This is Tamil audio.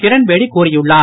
கிரண்பேடி கூறியுள்ளார்